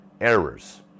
Errors